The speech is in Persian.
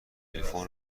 تلفن